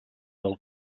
del